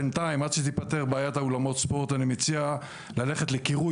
בינתיים עד שתיפתר בעיית אולמות הספורט אני מציע ללכת לקירוי,